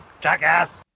Jackass